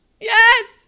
Yes